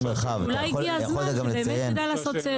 אולי הגיע הזמן שבאמת כדאי לעשות סדר.